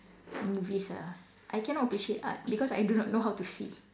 movies ah I cannot appreciate art because I do not know how to see